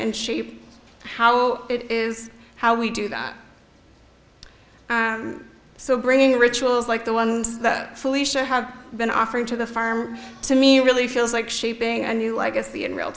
and shape how it is how we do that so bringing rituals like the ones that felicia have been offering to the farm to me really feels like shaping a new i guess the in real